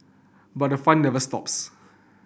but the fun never stops